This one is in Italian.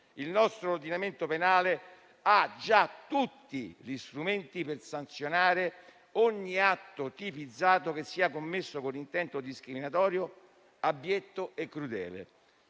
Il nostro ordinamento penale ha già tutti gli strumenti per sanzionare ogni atto tipizzato che sia commesso con intento discriminatorio, abietto e crudele.